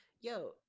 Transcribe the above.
Yo